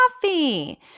coffee